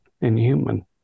inhuman